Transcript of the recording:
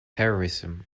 terrorism